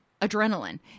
adrenaline